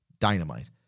Dynamite